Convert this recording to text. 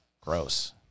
Gross